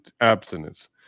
abstinence